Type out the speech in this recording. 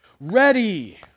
ready